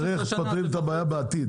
השאלה איך פותרים את הבעיה בעתיד,